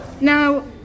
Now